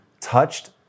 touched